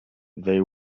they